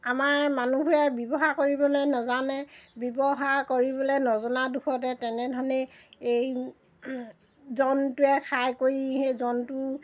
আমাৰ মানুহেবোৰে ব্যৱহাৰ কৰিবলৈ নেজানে ব্যৱহাৰ কৰিবলৈ নজনা দুখতে তেনেধৰণে এই জন্তুৱে খাই কৰি সেই জন্তু